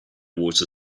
water